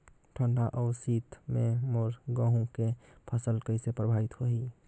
ठंडा अउ शीत मे मोर गहूं के फसल कइसे प्रभावित होही?